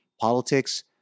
Politics